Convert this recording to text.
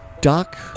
Doc